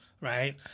Right